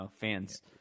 fans